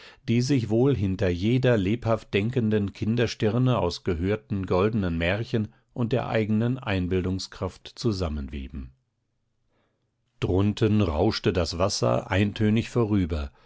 die sich wohl hinter jeder lebhaft denkenden kinderstirne aus gehörten goldenen märchen und der eigenen einbildungskraft zusammenweben drunten rauschte das wasser eintönig vorüber